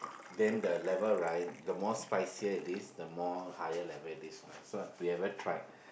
then the level right the more spicier it is the more higher level it is lah so we ever tried